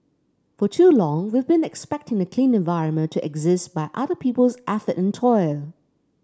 for too long we've been expecting a clean environment to exist by other people's effort and toil